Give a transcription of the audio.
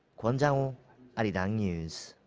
kwon jang-ho, arirang news.